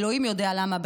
ואלוהים יודע למה,